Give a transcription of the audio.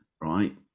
right